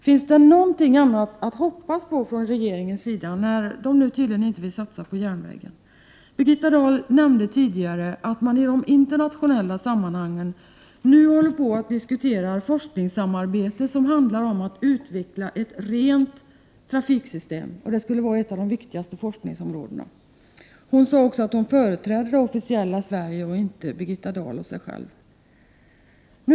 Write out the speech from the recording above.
Finns det någonting annat att hoppas på från regeringen, när den nu tydligen inte vill satsa på järnvägen? Birgitta Dahl nämnde tidigare att man i internationella sammanhang nu diskuterar ett forskningssamarbete. Det handlar om att utveckla ett rent trafiksystem. Det skulle vara ett av de viktigaste forskningsområdena. Hon sade också att hon företrädde det officiella Sverige och inte sig själv.